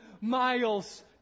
miles